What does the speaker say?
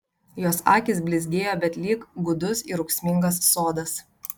jos akys blizgėjo bet lyg gūdus ir ūksmingas sodas